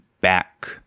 back